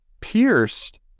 pierced